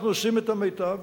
אנחנו עושים את המיטב.